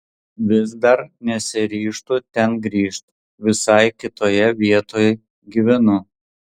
vis dar nesiryžtu ten grįžt visai kitoje vietoj gyvenu